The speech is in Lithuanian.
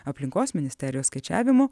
aplinkos ministerijos skaičiavimu